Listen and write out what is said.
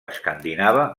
escandinava